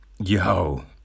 yo